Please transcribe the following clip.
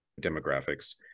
demographics